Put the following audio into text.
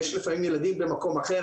יש במקום אחר,